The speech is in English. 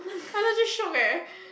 i legit shock eh